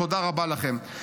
תודה רבה לכם.